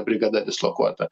brigada dislokuota